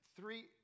three